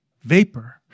vapor